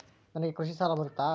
ನನಗೆ ಕೃಷಿ ಸಾಲ ಬರುತ್ತಾ?